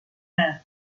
man